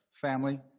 family